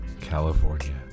California